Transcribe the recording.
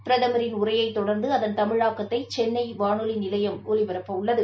பிரதமரின் உரையைத் தொடர்ந்து அதன் தமிழாக்கத்தை சென்னை வானொலி நிலையம் ஒலிபரப்பவுள்ளது